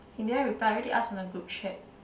he didn't reply I already ask from the group chat